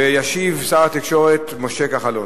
ישיב שר התקשורת משה כחלון.